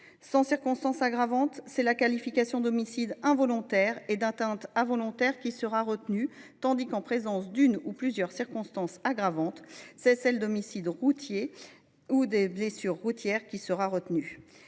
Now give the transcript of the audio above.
Sans circonstance aggravante, c’est la qualification d’homicide involontaire et d’atteinte involontaire qui sera retenue, tandis que, en présence d’une ou de plusieurs circonstances aggravantes, ce sera celle d’homicide routier et de blessures routières. Cette